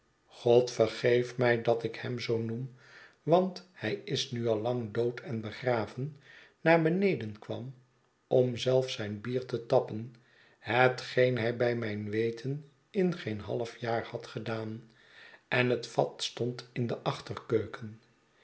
god vergeef mij dat ik hem zoo noem want hij is nu al lang dood en begraven naar beneden kwam om zelf zijn bier te tappen hetgeen hij bij mijn weten in geen halfjaar had gedaan en het vat stond in de